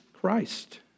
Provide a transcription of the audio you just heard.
Christ